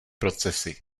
procesy